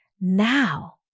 Now